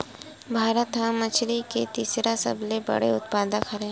भारत हा मछरी के तीसरा सबले बड़े उत्पादक हरे